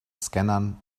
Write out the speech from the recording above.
scannern